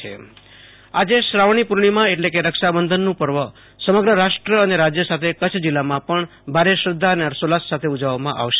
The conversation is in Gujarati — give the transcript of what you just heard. આશતોષ અંતાણી રક્ષાબંધન આજે શ્રાવણી પૂર્ણિમા એટલે કે રક્ષાબંધનનું પર્વ સમગ્ર રાષ્ટ્ર અને રાજ્ય સાથે કચ્છ જિલ્લામાં ભારે શ્રધ્ધા અને હર્ષોલ્લાસ સાથે ઉજવવામાં આવશે